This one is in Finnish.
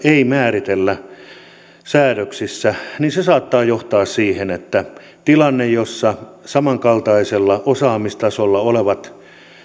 ei määritellä säädöksissä niin se saattaa johtaa siihen että tilanteessa jossa samankaltaisella osaamistasolla olevat